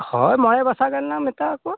ᱦᱳᱭ ᱢᱚᱬᱮ ᱵᱟᱥᱟ ᱜᱟᱱ ᱞᱟᱝ ᱢᱮᱛᱟᱣ ᱠᱚᱣᱟ